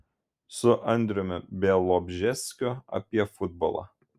su andriumi bialobžeskiu apie futbolą